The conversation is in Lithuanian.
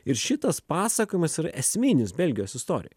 ir šitas pasakojimas yra esminis belgijos istorijoj